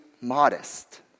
modest